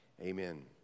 Amen